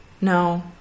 no